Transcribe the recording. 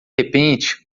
repente